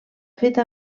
feta